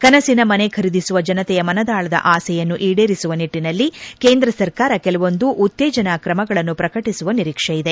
ಕನಸಿನ ಮನೆ ಖರೀದಿಸುವ ಜನತೆಯ ಮನದಾಳದ ಆಸೆಯನ್ನು ಈಡೇರಿಸುವ ನಿಟ್ಟಿನಲ್ಲಿ ಕೇಂದ್ರ ಸರ್ಕಾರ ಕೆಲವೊಂದು ಉತ್ತೇಜನಾ ಕ್ರಮಗಳನ್ನು ಪ್ರಕಟಿಸುವ ನಿರೀಕ್ಷೆ ಇದೆ